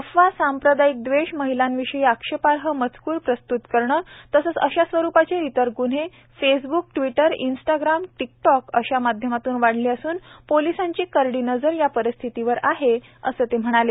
अफवा सांप्रदायिक द्वेष महिलांविषयी आक्षेपार्ह मजकूर प्रसृत करणं तसंच अशा स्वरुपाचे इतर ग्न्हे फेसब्क ट्वीटर इन्स्टाग्राम टिकटॉक अशा माध्यमात वाढले असून पोलीसांची करडी नजर परिस्थितीवर आहे असं ते म्हणाले